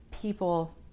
people